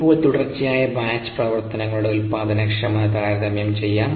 ഇപ്പോൾ തുടർച്ചയായ ബാച്ച് പ്രവർത്തനങ്ങളുടെ ഉൽപാദനക്ഷമത താരതമ്യം ചെയ്യാം